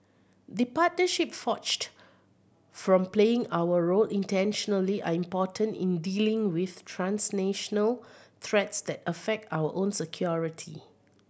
the partnerships forged from playing our role intentionally are important in dealing with transnational threats that affect our own security